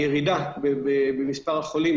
הירידה במספר החולים